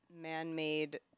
man-made